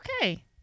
Okay